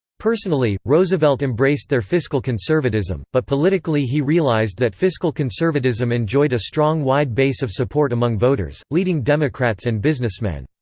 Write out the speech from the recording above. personally, roosevelt embraced their fiscal conservatism, but politically he realized that fiscal conservatism enjoyed a strong wide base of support among voters, leading democrats and businessmen.